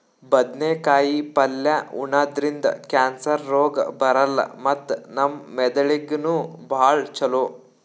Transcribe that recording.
ಬದ್ನೇಕಾಯಿ ಪಲ್ಯ ಉಣದ್ರಿಂದ್ ಕ್ಯಾನ್ಸರ್ ರೋಗ್ ಬರಲ್ಲ್ ಮತ್ತ್ ನಮ್ ಮೆದಳಿಗ್ ನೂ ಭಾಳ್ ಛಲೋ